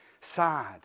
sad